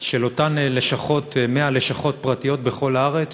של אותן לשכות, 100 לשכות פרטיות בכל הארץ,